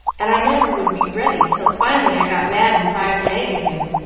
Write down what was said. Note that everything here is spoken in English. and i never would be ready, till finally i got mad and fired an egg at him,